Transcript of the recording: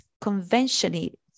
conventionally